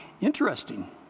Interesting